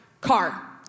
car